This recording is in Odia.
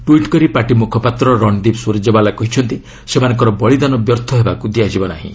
ଟ୍ୱିଟି କରି ପାର୍ଟି ମୁଖପାତ୍ର ରଣଦୀପ୍ ସ୍ରଜେଓ୍ବାଲା କହିଛନ୍ତି ସେମାନଙ୍କର ବଳିଦାନ ବ୍ୟର୍ଥ ହେବାକ୍ ଦିଆଯିବ ନାହିଁ